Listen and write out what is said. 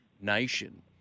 nation